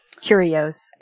Curios